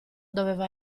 doveva